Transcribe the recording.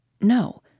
No